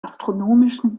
astronomischen